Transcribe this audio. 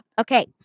okay